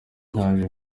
yaje